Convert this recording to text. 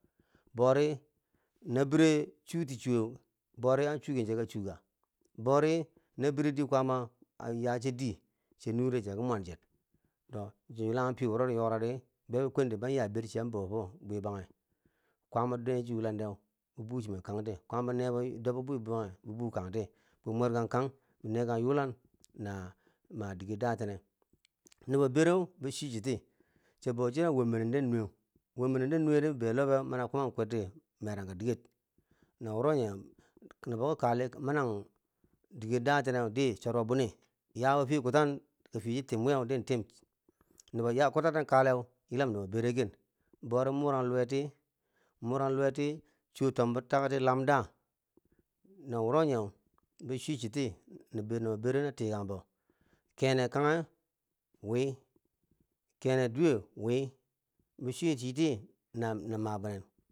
Bori nabire chuti chuwe, borian chuken cheka chuka, bori nabere fo dii kwama a yache dii che nure che ki mwan cher, chi ywelanghum fiye biro yorari bebi kwenti ban ya ber chiye chiyan bofo, bwe bage kwaama dwen nee chi yulande bo bu chinen kangti kwaama nee dobbo fo bwi banghe bi bukangti bi mwer kang kang bi nekan yulan na ma dige datene, nubo bere bo chwi chiti chi bori chiya wom binende nuwe chi wom binende nuwe di, bibeiyo lohbe mani a kwaman kwitti merangka diger, na wure nyeu nobo ki kali manan dige datenne di chorbo bwini, ya bo fiye kutan di fiye chi timwiye ditim, nobo ya kutaten kale yilam nobo bereken bori morang luweti morang luweti, choo tomboti taketi lamda, na wuro nye bi chwi chiti nobo bere na tikanbo kene kanghe wi kene duwe wi, bi chwi chi ti na na ma binen.